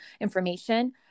information